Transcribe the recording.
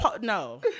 no